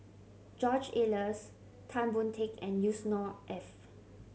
George Oehlers Tan Boon Teik and Yusnor Ef